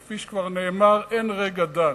כפי שכבר נאמר: אין רגע דל.